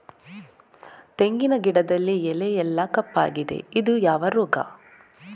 ತೆಂಗಿನ ಗಿಡದಲ್ಲಿ ಎಲೆ ಎಲ್ಲಾ ಕಪ್ಪಾಗಿದೆ ಇದು ಯಾವ ರೋಗ?